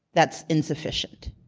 that's insufficient.